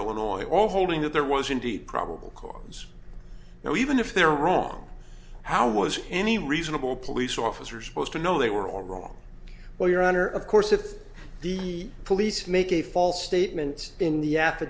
illinois all holding that there was indeed probable cause now even if they're wrong how was any reasonable police officer spose to know they were all wrong well your honor of course if the police make a false statement in the af